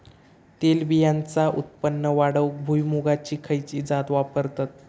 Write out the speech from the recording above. तेलबियांचा उत्पन्न वाढवूक भुईमूगाची खयची जात वापरतत?